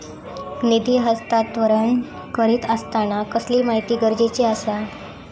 निधी हस्तांतरण करीत आसताना कसली माहिती गरजेची आसा?